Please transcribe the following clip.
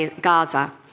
Gaza